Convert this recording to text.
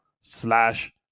slash